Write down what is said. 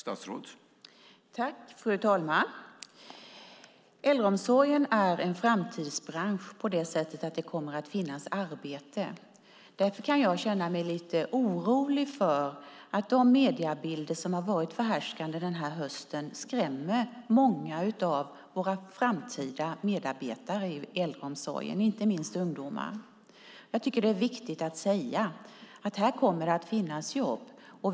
Herr talman! Äldreomsorgen är en framtidsbransch på det sättet att det kommer att finnas arbete. Därför kan jag känna mig lite orolig för att de mediebilder som har varit förhärskande denna höst skrämmer många av våra framtida medarbetare i äldreomsorgen, inte minst ungdomar. Jag tycker att det är viktigt att säga att det kommer att finnas jobb här.